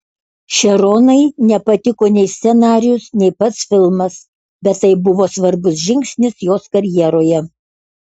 šeronai nepatiko nei scenarijus nei pats filmas bet tai buvo svarbus žingsnis jos karjeroje